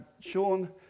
Sean